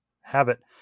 habit